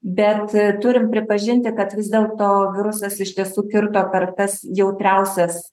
bet turim pripažinti kad vis dėlto virusas iš tiesų kirto kartas jautriausias